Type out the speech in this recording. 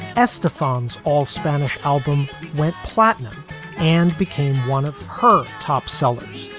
esta fons, all spanish album went platinum and became one of her top sellers,